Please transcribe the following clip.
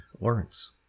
Lawrence